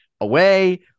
away